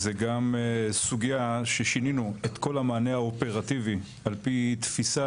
זה גם סוגיה ששינינו את כל המענה האופרטיבי על פי תפיסה